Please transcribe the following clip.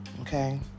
Okay